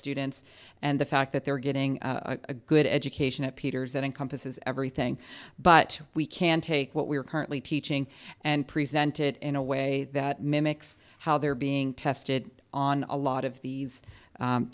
students and the fact that they're getting a good education at peters that encompasses everything but we can take what we're currently teaching and sent it in a way that mimics how they're being tested on a lot of these